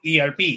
erp